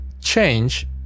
change